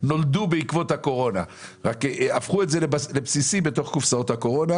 נולדו בעקבות הקורונה אלא שהפכו את זה לבסיסי בתוך קופסאות הקורונה.